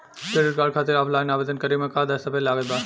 Credit card खातिर ऑफलाइन आवेदन करे म का का दस्तवेज लागत बा?